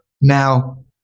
Now